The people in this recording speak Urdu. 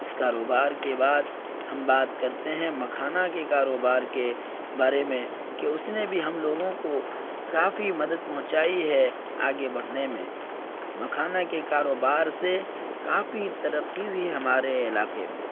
اس کاروبار کے بعد ہم بات کرتے ہیں مکھانہ کے کاروبار کے بارے میں کہ اس نے بھی ہم لوگوں کو کافی مدد پہنچائی ہے آگے بڑھنے میں مکھانہ کے کاروبار سے کافی ترقی ہوئی ہے ہمارے علاقے میں